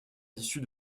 l’issue